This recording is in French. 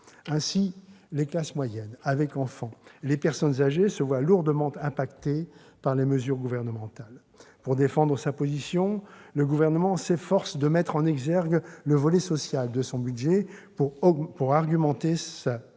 Ainsi, les classes moyennes avec enfant et les personnes âgées se voient lourdement affectées par les mesures gouvernementales. Pour défendre sa position, le Gouvernement s'efforce de mettre en exergue le volet « social » de son budget. Pour argumenter sa position,